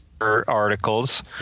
articles